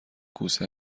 کوسه